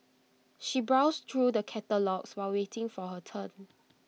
she browsed through the catalogues while waiting for her turn